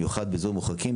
במיוחד באזורים מרוחקים,